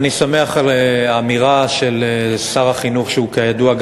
אני שמח על האמירה של שר החינוך,